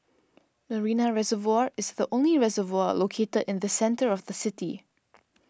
Marina Reservoir is the only reservoir located in the centre of the city